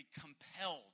compelled